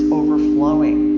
overflowing